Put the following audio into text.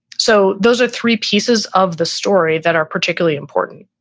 so those are three pieces of the story that are particularly important.